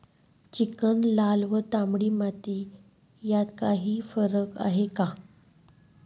Chicken, लाल व तांबडी माती यात काही फरक आहे का?